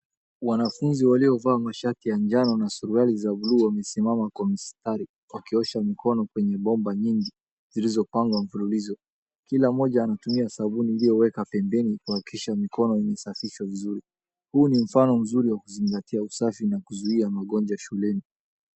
Wanafunzi waliovaa mashati ya njano na suruali za buluu, wamesimama kwa mistari, wakiosha mkono kwenye bomba nyingi, zilizopangwa mfululizo. Kila mmoja anatumia sabuni iliyoweka pembeni, kuhakikisha mikono imesafishwa vizuri. Huo ni mfano mzuri wa kuzingatia usafi na kuzuia magonjwa shuleni.